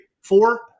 Four